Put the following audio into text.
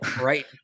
right